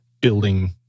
building